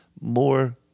more